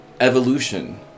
evolution